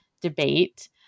debate